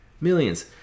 Millions